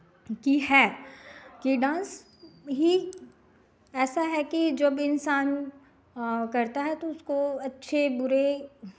कि है कि डांस ही ऐसा है कि जब इंसान करता है तो उसको अच्छे बुरे